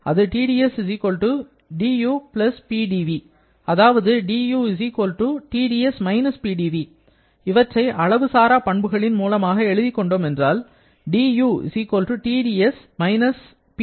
அது Tds du Pdv அதாவது du Tds − Pdv இவற்றை அளவு சாரா பண்புகளின் மூலமாக எழுதிக் கொண்டோம் என்றால் dU TdS − PdV